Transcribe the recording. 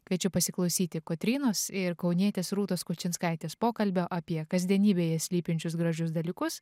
kviečiu pasiklausyti kotrynos ir kaunietės rūtos kučinskaitės pokalbio apie kasdienybėje slypinčius gražius dalykus